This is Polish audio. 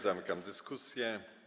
Zamykam dyskusję.